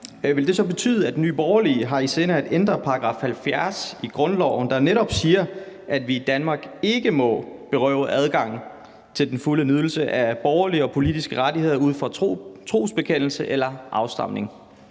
Vil det så betyde, at Nye Borgerlige har i sinde at ændre § 70 i grundloven, der netop siger, at vi i Danmark ikke må berøves adgang til den fulde nydelse af borgerlige og politiske rettigheder ud fra trosbekendelse eller afstamning?